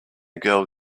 girl